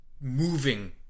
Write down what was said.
moving